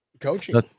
Coaching